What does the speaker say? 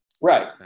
right